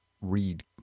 read